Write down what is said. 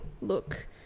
look